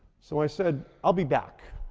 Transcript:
so i said, i'll be back.